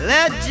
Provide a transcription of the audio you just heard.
Let